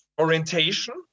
orientation